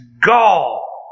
gall